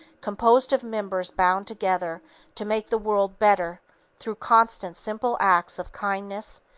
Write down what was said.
composed of members bound together to make the world better through constant simple acts of kindness,